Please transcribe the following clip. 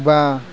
बा